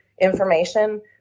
information